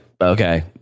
okay